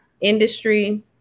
Industry